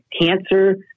cancer